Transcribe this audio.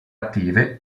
attive